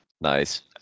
Nice